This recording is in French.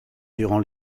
durant